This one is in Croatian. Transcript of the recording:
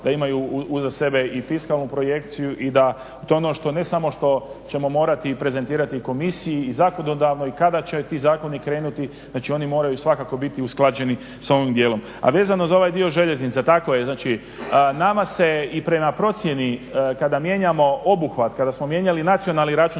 da imaju uz sebe i fiskalnu projekciju i da je to ono što, ne samo što ćemo morati prezentirati komisiji i zakonodavnoj i kada će ti zakoni krenuti. Znači oni moraju svakako biti usklađeni s ovim dijelom. A vezano za ovaj dio željeznica, tako je, znači nama se i prema procjeni kada mijenjamo obuhvat, kada smo mijenjali nacionalni računski